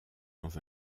dans